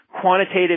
quantitative